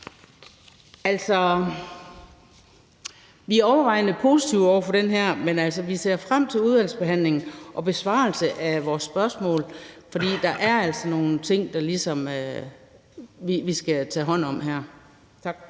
vi er overvejende positive over for det her, men vi ser frem til udvalgsbehandlingen og besvarelsen af vores spørgsmål, fordi der altså er nogle ting, vi skal tage hånd om. Tak.